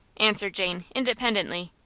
answered jane, independently.